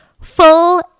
full